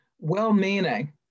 well-meaning